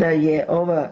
Da je ova